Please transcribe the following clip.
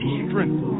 strength